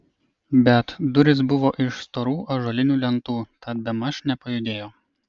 bet durys buvo iš storų ąžuolinių lentų tad bemaž nepajudėjo